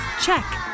Check